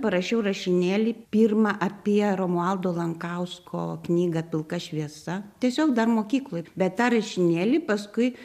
parašiau rašinėlį pirmą apie romualdo lankausko knygą pilka šviesa tiesiog dar mokykloj bet tą rašinėlį paskui